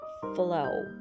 flow